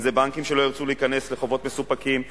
אם בנקים שלא ירצו להיכנס לחובות מסופקים,